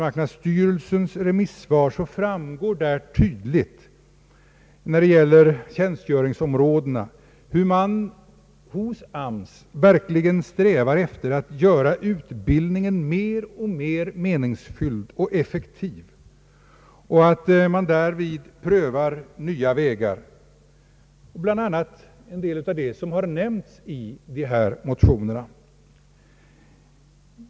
relsens remissvar att man hos AMS verkligen strävar efter att göra utbildningen mera meningsfylld och effektiv och att man därvid prövar nya vägar, bland annat en del av det som har nämnts i dessa motioner.